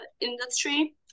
industry